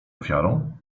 ofiarą